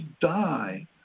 die